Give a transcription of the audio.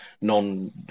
non